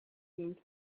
deemed